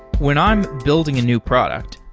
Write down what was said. when i'm building a new product,